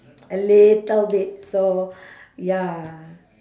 a little bit so ya